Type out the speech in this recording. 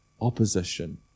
opposition